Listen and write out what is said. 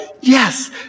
yes